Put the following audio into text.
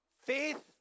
Faith